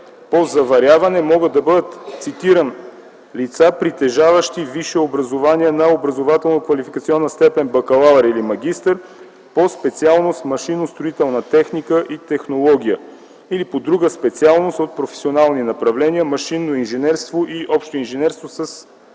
по заваряване могат да бъдат, цитирам: „лица, притежаващи висше образование на образователно-квалификационна степен „бакалавър” или „магистър” по специалност „Машиностроителна техника и технология” или по друга специалност в професионални направления „машинно инженерство” и „общо инженерство” със